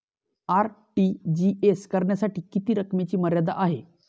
RTGS करण्यासाठी किती रकमेची मर्यादा आहे?